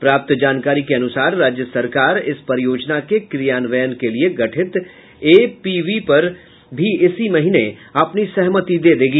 प्राप्त जानकारी के अनुसार राज्य सरकार इस परियोजना के क्रियान्वयन के लिये गठित एपीवी पर भी इसी महीने अपनी सहमति दे देगी